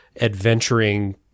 adventuring